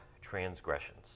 transgressions